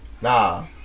Nah